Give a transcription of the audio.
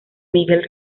miguel